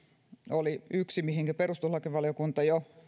oli yksi mihinkä perustuslakivaliokunta jo